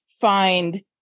find